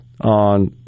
on